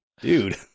Dude